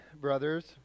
brothers